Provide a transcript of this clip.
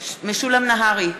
משולם נהרי,